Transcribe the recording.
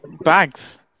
bags